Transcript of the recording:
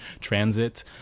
transit